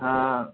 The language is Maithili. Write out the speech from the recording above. हँ